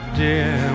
dear